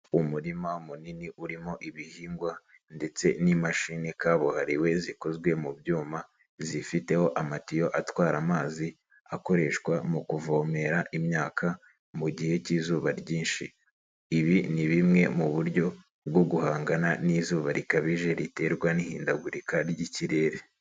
Umurima munini urimo ibihingwa ndetse n'imashini kabuhariwe zikozwe mu byuma, zifiteho amatiyo atwara amazi akoreshwa mu kuvomera imyaka mu gihe k'izuba ryinshi. Ibi ni bimwe mu buryo bwo guhangana n'izuba rikabije riterwa n'ihindagurika ry'ikirere.